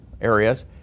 areas